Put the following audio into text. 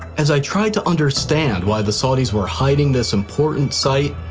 as i tried to understand why the saudis were hiding this important site,